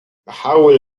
أحاول